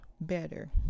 better